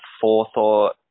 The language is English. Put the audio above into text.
forethought